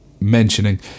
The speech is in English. mentioning